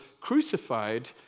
crucified